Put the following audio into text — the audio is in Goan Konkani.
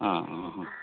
आं